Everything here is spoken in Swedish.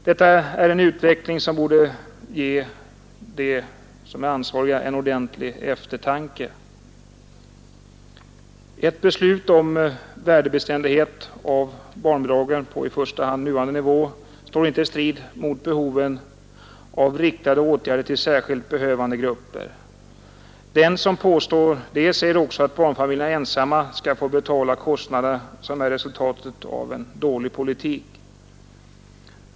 Detta är en utveckling som borde ge dem som är ansvariga anledning till en ordentlig eftertanke. Ett beslut om värdebeständighet för barnbidragen på i första hand nuvarande nivå står inte i strid mot behovet av riktade åtgärder till särskilt behövande grupper. Den som påstår det säger också att barnfamiljerna ensamma skall få betala de kostnader som är resultatet av en dålig politik.